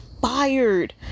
fired